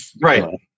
Right